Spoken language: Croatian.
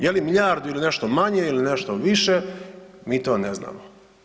Je li milijardu ili nešto manje ili nešto više, mi to ne znamo.